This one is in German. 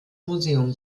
museum